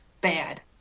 Bad